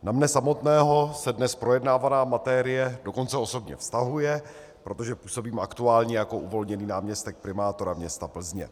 Na mě samotného se dnes projednávaná materie dokonce osobně vztahuje, protože působím aktuálně jako uvolněný náměstek primátora města Plzně.